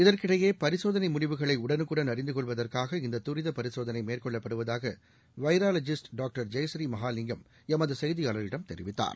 இதற்கிடையேபரிசோதனைமுடிவுகளைஉடனுக்குடன் அறிந்துகொள்வதற்காக இந்ததுரிதபரிசோதனைமேற்கொள்ளப்படுவதாகவைராவாஜிஸ்ட் டாக்டர் ஜெயடுநீ மகாலிங்கம் எமதுசெய்தியாளரிடம் தெரிவித்தார்